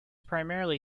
primarily